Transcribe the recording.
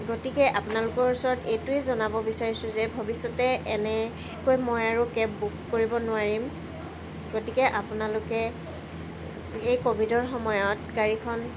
গতিকে আপোনালোকৰ ওচৰত এইটোৱেই জনাব বিচাৰিছোঁ যে ভৱিষ্যতে এনেকৈ মই আৰু কেব বুক কৰিব নোৱাৰিম গতিকে আপোনালোকে এই ক'ভিডৰ সময়ত গাড়ীখন